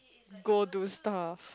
go do stuff